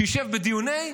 שיישב בדיוני החוק,